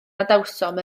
adawsom